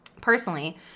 personally